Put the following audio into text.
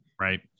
right